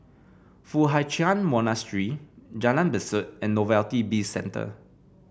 Foo Hai Ch'an Monastery Jalan Besut and Novelty Bizcentre